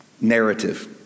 narrative